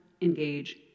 engage